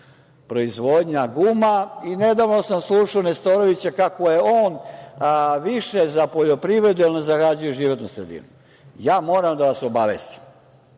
proizvodnja guma. Nedavno sam slušao Nestorovića kako je on više za poljoprivredu jer ne zagađuje životnu sredinu. Moram da vas obavestim,